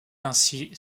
ainsi